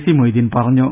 C Moideen പറഞ്ഞു